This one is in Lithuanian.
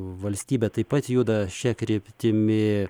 valstybė taip pat juda šia kryptimi